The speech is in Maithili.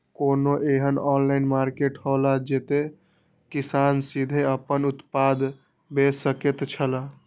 कोनो एहन ऑनलाइन मार्केट हौला जते किसान सीधे आपन उत्पाद बेच सकेत छला?